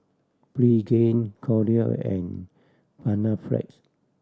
Pregain Kordel and Panaflex